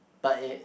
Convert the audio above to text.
but it